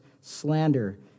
slander